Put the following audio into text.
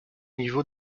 niveau